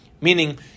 Meaning